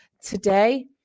today